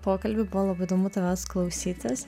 pokalbį buvo labai įdomu tavęs klausytis